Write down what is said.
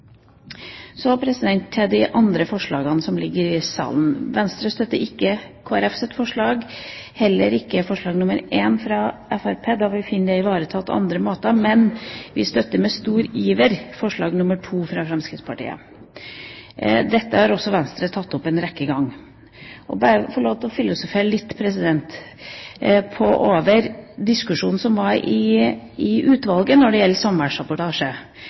Så til de andre forslagene som foreligger. Venstre støtter ikke Kristelig Folkepartis forslag og heller ikke forslag nr. 1, fra Fremskrittspartiet, da vi finner at det er ivaretatt på andre måter. Men vi støtter med stor iver forslag nr. 2, fra Fremskrittspartiet. Dette har også Venstre tatt opp en rekke ganger. Så vil jeg få lov til å filosofere litt over diskusjonen som var i utvalget når det gjelder